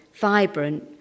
vibrant